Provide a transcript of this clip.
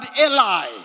Eli